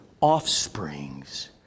offsprings